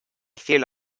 cielo